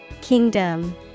Kingdom